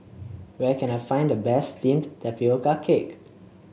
where can I find the best steamed Tapioca Cake